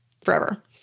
forever